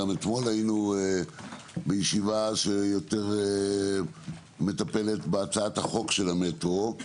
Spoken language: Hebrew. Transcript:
אומנם אתמול היינו בישיבה שיותר מטפלת בהצעת החוק של המטרו,